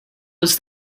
was